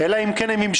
אלא אם כן,